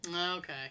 okay